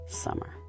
summer